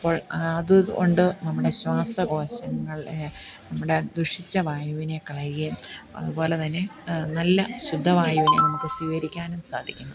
അപ്പോൾ ആത് കൊണ്ട് നമ്മുടെ ശ്വാസകോശങ്ങൾ നമ്മുടെ ദുഷിച്ച വായുവിനെ കളയുകയും അതുപോലെ തന്നെ നല്ല ശുദ്ധ വായുവിനെ നമുക്ക് സ്വികരിക്കാനും സാധിക്കുന്നു